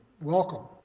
Welcome